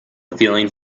feeling